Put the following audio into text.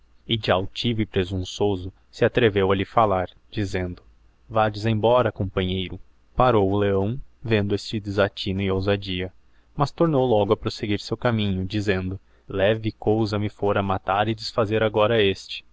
e de altivo e presumpçoso se atreveo a lhe fallar dizendo vades embora companheiro parou o leão vendo este desatino e ousadia mas tornou logo a proseguirseu caminho dizendo leve cousa me fora matar e desfazer agora de